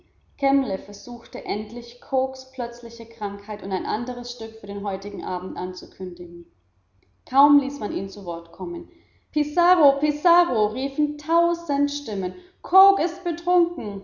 versuchte endlich cookes plötzliche krankheit und ein anderes stück für den heutigen abend anzukündigen kaum ließ man ihn zu worte kommen pizarro pizarro riefen tausend stimmen cooke ist betrunken